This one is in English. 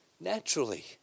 naturally